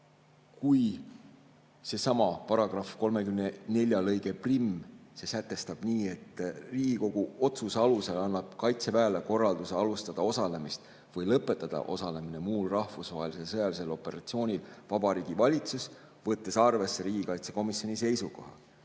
Sellesama § 34 lõige 61sätestab, et Riigikogu otsuse alusel annab Kaitseväele korralduse alustada osalemist või lõpetada osalemine muul rahvusvahelisel sõjalisel operatsioonil Vabariigi Valitsus, võttes arvesse riigikaitsekomisjoni seisukoha,